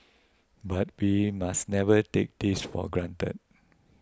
but be must never take this for granted